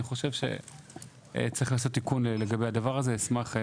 לכן, אני חושב שצריך לעשות תיקון לגבי הדבר הזה.